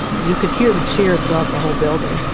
you could hear the cheer throughout the whole building.